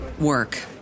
work